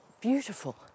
beautiful